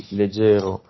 leggero